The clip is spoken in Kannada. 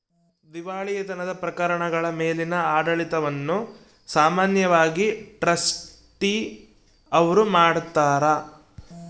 ದಿವಾಳಿತನದ ಪ್ರಕರಣಗಳ ಮೇಲಿನ ಆಡಳಿತವನ್ನು ಸಾಮಾನ್ಯವಾಗಿ ಟ್ರಸ್ಟಿ ಅವ್ರು ಮಾಡ್ತಾರ